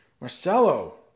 Marcelo